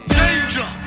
danger